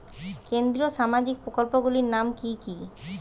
কেন্দ্রীয় সামাজিক প্রকল্পগুলি নাম কি কি?